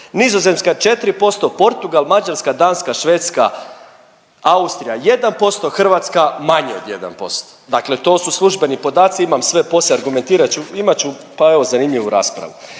Nizozemska 4%, Portugal, Mađarska, Danska, Švedska, Austrija 1%, Hrvatska manje od 1%. Dakle, to su službeni podaci imam sve, poslije argumentirat ću imat ću pa evo zanimljivu raspravu.